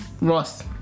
Ross